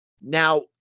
Now